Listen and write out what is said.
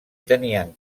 tenien